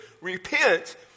repent